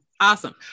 Awesome